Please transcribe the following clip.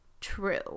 true